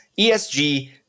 ESG